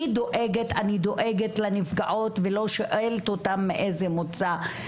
דואגת לנפגעות ולא שואלת אותן מאיזה מוצא.